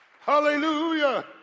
Hallelujah